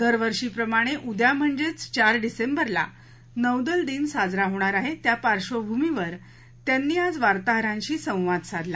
दरवर्षीप्रमणाचे उद्या म्हणजेच चार डिसेंबरला नौदल दिन साजर होणार आहे त्या पार्श्वभूमीवर त्यांनी आज वार्ताहरांशी संवाद साधला